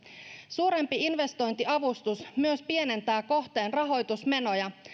suurempi investointiavustus myös pienentää kohteen rahoitusmenoja